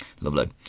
Lovely